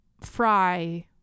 fry